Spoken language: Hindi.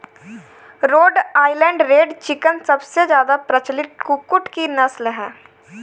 रोड आईलैंड रेड चिकन सबसे ज्यादा प्रचलित कुक्कुट की नस्ल है